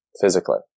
physically